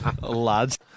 Lads